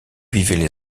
vivaient